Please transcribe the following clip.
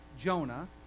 Jonah